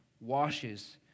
washes